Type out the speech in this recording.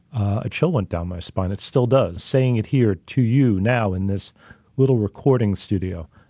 ah chill went down my spine, it still does saying it here to you now in this little recording studio,